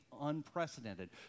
unprecedented